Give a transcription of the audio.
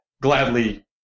gladly –